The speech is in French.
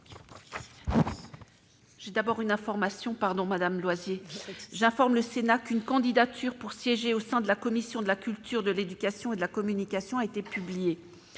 de leur exposition, bien au contraire. J'informe le Sénat qu'une candidature pour siéger au sein de la commission de la culture, de l'éducation et de la communication a été publiée.